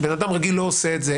אדם רגיל לא עושה את זה.